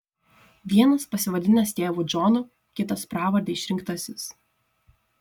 vienas pasivadinęs tėvu džonu kitas pravarde išrinktasis